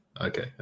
okay